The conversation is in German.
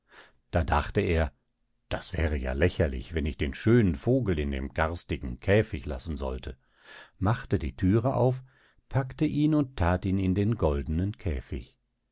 da dachte er das wäre ja lächerlich wenn ich den schönen vogel in dem garstigen käfig lassen sollte machte die thüre auf packte ihn und that ihn in den goldenen käfig